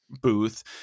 booth